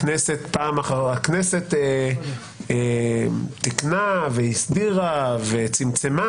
הכנסת תיקנה והסדירה וצמצמה,